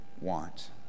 want